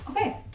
okay